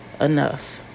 enough